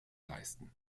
leisten